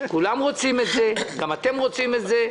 כולם רוצים את זה, גם אתם רוצים את זה.